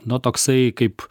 nu toksai kaip